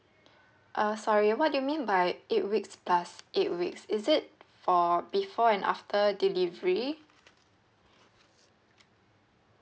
uh sorry what do you mean by eight weeks plus eight weeks is it for before and after delivery